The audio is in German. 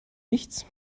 nichts